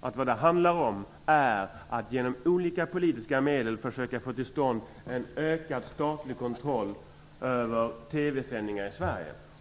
att det handlar om att genom olika politiska medel försöka få till stånd en ökad statlig kontroll över TV-sändningar i Sverige.